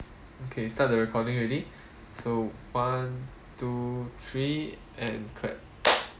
okay start the recording already so one two three and clap